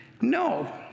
no